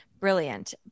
Brilliant